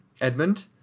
Edmund